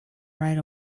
right